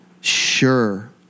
sure